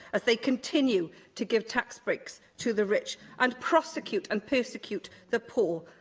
as they continue to give tax breaks to the rich and prosecute and persecute the poor.